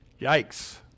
Yikes